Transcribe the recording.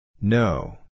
No